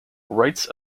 rights